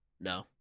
No